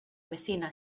messina